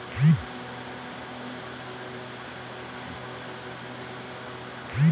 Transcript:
हमर समाज म रहवइया गरीब मनसे मन ल माइक्रो फाइनेंस के अवधारना ले बिकट लाभ मिलत हे